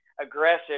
aggressive